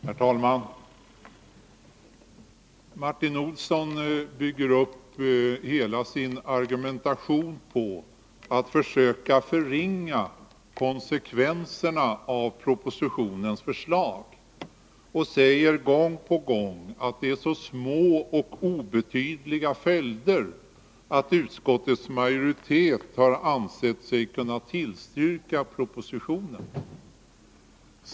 Herr talman! Martin Olsson bygger upp hela sin argumentation på att försöka förringa konsekvenserna av propositionens förslag. Han säger gång på gång att det är så små och obetydliga följder att utskottets majoritet har ansett sig kunna tillstyrka propositionen.